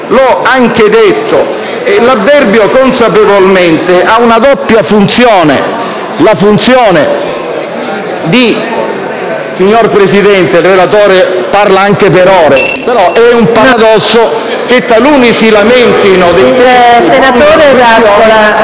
l'ho anche detto: l'avverbio «consapevolmente» ha una doppia funzione: la funzione di... *(Brusio)*. Signora Presidente, il relatore parla anche per ore, però è un paradosso che taluni si lamentino